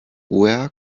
where